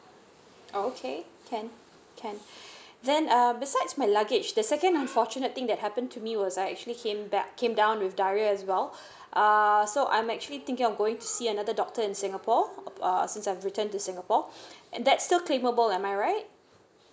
okay can can then um besides my luggage the second unfortunate thing that happened to me was I actually came back came down with diarrhoea as well err so I'm actually thinking of going to see another doctor in singapore err since I've returned to singapore and that's still capable am I right